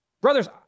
Brothers